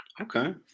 Okay